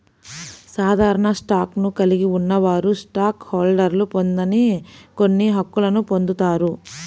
సాధారణ స్టాక్ను కలిగి ఉన్నవారు స్టాక్ హోల్డర్లు పొందని కొన్ని హక్కులను పొందుతారు